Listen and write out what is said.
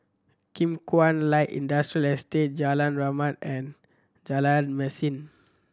Kim Kuan Light Industrial Estate Jalan Rahmat and Jalan Mesin